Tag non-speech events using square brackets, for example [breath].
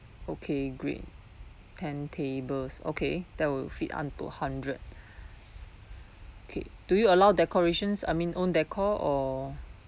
okay great ten tables okay that will fit up to hundred [breath] okay do you allow decorations I mean own decor or